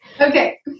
Okay